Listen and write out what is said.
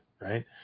right